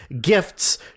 gifts